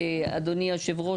אדוני יושב הראש,